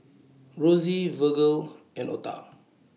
Rosie Virgle and Ota